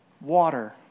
water